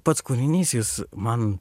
pats kūrinys jis man